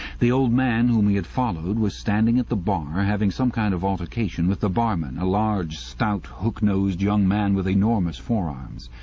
the old man whom he had followed was standing at the bar, having some kind of altercation with the barman, a large, stout, hook-nosed young man with enormous forearms.